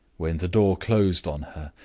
when the door closed on her,